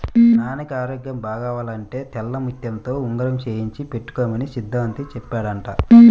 నాన్నకి ఆరోగ్యం బాగవ్వాలంటే తెల్లముత్యంతో ఉంగరం చేయించి పెట్టుకోమని సిద్ధాంతి చెప్పాడంట